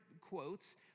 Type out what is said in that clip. quotes